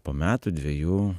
po metų dvejų